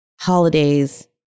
holidays